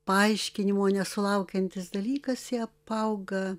paaiškinimo nesulaukiantis dalykas jie apauga